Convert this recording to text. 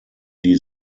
die